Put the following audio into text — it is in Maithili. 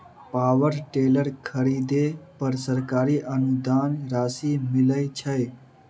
पावर टेलर खरीदे पर सरकारी अनुदान राशि मिलय छैय?